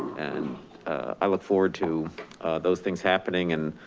and i look forward to those things happening and